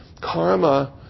karma